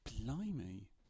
Blimey